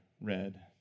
read